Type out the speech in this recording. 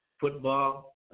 Football